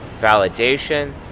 validation